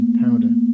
powder